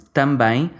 também